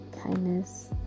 kindness